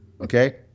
Okay